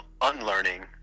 unlearning